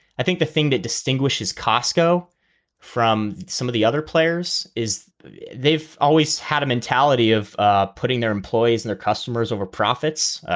i think the thing that distinguishes costco from some of the other players is they've always had a mentality of ah putting their employees or and their customers over profits.